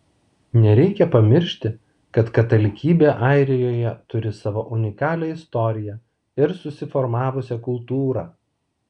nereikia pamiršti kad katalikybė airijoje turi savo unikalią istoriją ir susiformavusią kultūrą